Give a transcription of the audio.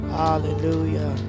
hallelujah